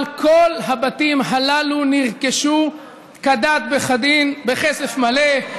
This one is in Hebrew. אבל כל הבתים הללו נרכשו כדת וכדין בכסף מלא,